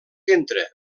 entre